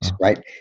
right